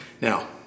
now